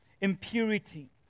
impurity